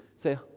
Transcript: say